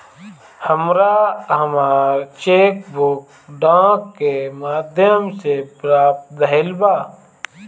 हमरा हमर cheque book डाक के माध्यम से प्राप्त भईल बा